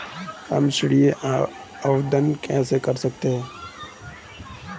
हम ऋण आवेदन कैसे कर सकते हैं?